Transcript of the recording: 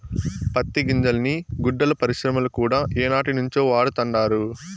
పత్తి గింజల్ని గుడ్డల పరిశ్రమల కూడా ఏనాటినుంచో వాడతండారు